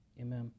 Amen